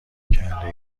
کرده